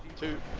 two